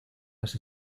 las